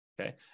Okay